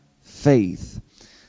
faith